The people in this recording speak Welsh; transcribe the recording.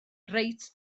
reit